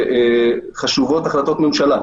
שחשובות החלטות ממשלה.